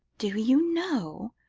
do you know,